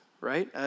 right